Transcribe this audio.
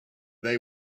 they